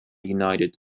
united